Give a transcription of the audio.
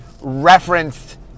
referenced